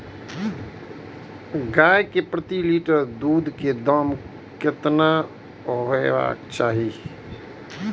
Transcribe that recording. गाय के प्रति लीटर दूध के दाम केतना होय के चाही?